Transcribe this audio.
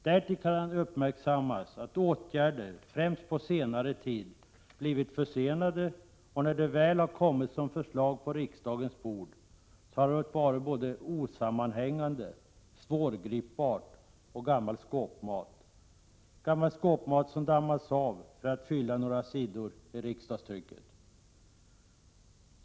Därtill kan uppmärksammas att åtgärderna, främst på senare tid, blivit försenade, och när de väl kommit som förslag på riksdagens bord har de varit både osammanhängande, svårgripbara och gammal skåpmat, som dammats av för att fylla några sidor i riksdagstrycket.